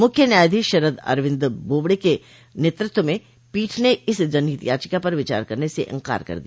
मुख्य न्यायाधीश शरद अरविन्द बोबड़े के नेतृत्व में पीठ ने इस जनहित याचिका पर विचार करने से इन्कार कर दिया